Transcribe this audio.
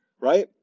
right